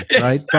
Right